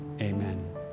Amen